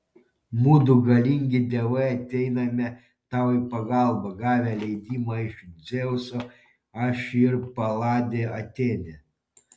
mudu galingi dievai ateiname tau į pagalbą gavę leidimą iš dzeuso aš ir paladė atėnė